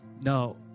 no